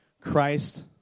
Christ